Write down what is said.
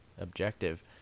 objective